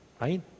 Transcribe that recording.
right